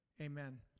amen